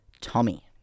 Tommy